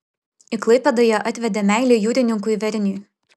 į klaipėdą ją atvedė meilė jūrininkui verniui